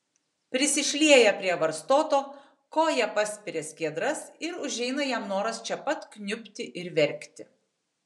prisišlieja prie varstoto koja paspiria skiedras ir užeina jam noras čia pat kniubti ir verkti